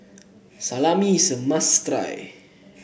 salami is a must